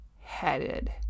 headed